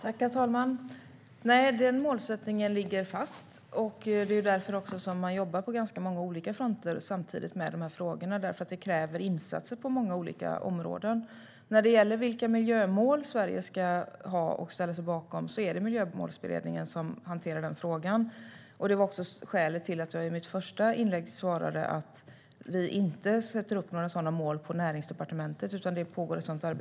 Herr talman! Nej, den målsättningen ligger fast. Det är också därför som man jobbar på ganska många olika fronter samtidigt. Det kräver insatser på många olika områden. När det gäller vilka miljömål Sverige ska ha och ställa sig bakom är det Miljömålsberedningen som hanterar den frågan. Det var också skälet till att jag i mitt första inlägg sa att vi inom Näringsdepartementet inte sätter upp några sådana mål.